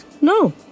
No